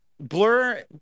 Blur